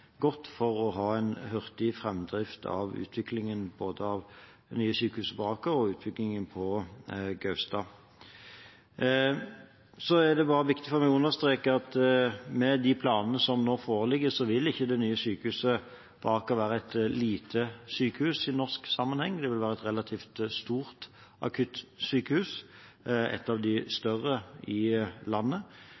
utviklingen av det nye sykehuset på Aker og utbyggingen på Gaustad. Det er viktig for meg å understreke at med de planene som nå foreligger, vil ikke det nye sykehuset på Aker være et lite sykehus i norsk sammenheng. Det vil være et relativt stort akuttsykehus, et av de